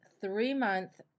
three-month